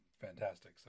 fantastic